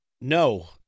No